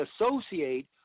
associate